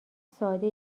ساده